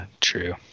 True